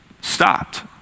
stopped